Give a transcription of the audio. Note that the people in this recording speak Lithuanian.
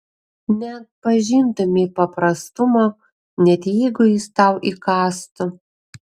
neatpažintumei paprastumo net jeigu jis tau įkąstų